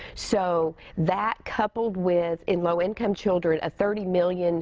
so that coupled with, in low-income children, a thirty million